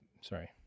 sorry